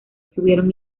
tuvieron